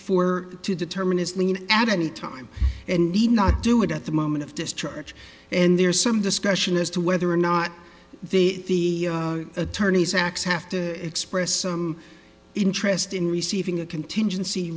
for to determine his lien at any time and he not do it at the moment of discharge and there's some discussion as to whether or not the attorney's acts have to express some interest in receiving a contingency